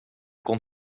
kon